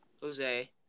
Jose